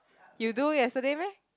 you do yesterday meh